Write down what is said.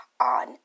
on